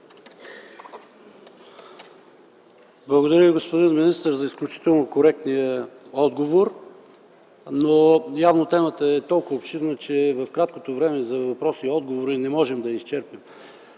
Благодаря Ви, господин министър, за изключително коректния отговор. Явно темата е толкова обширна, че в краткото време за въпроси и отговори не можем да я изчерпим.